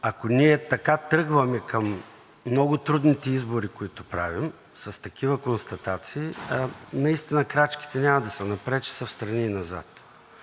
Ако ние така тръгваме към много трудните избори, които правим, с такива констатации, наистина крачките няма да са напред, а ще са встрани и назад.